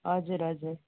हजुर हजुर